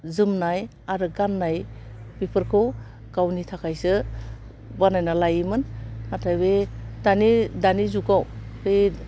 जोमनाय आरो गाननाय बेफोरखौ गावनि थाखायसो बानायना लायोमोन नाथाय बे दानि दानि जुगाव बे